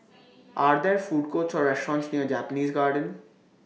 Are There Food Courts Or restaurants near Japanese Garden